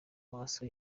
maso